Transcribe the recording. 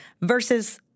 Versus